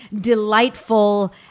delightful